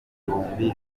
bihumbi